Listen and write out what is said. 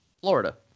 florida